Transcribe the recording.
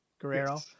Guerrero